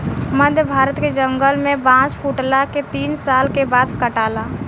मध्य भारत के जंगल में बांस फुटला के तीन साल के बाद काटाला